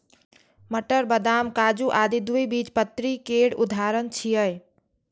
मटर, बदाम, काजू आदि द्विबीजपत्री केर उदाहरण छियै